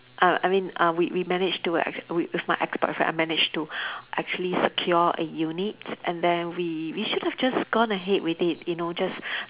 uh I mean uh we we managed to ac~ with with my ex-boyfriend I managed to actually secure a unit and then we we should have just gone ahead with it you know just